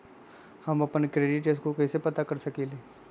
हम अपन credit score कैसे पता कर सकेली?